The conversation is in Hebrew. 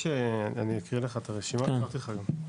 אני אקריא לך את הרשימה, שלחתי לך גם.